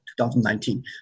2019